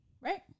right